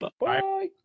Bye